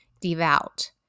devout